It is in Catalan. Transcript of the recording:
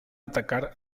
atacar